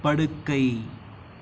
படுக்கை